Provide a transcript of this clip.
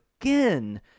again